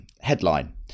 Headline